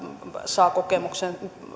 saa kokemuksen